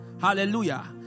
hallelujah